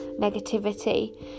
negativity